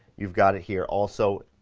you've got it here also,